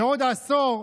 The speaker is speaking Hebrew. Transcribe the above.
שעוד עשור,